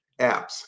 apps